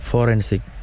Forensic